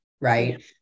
right